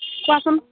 কোৱাচোন